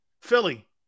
Philly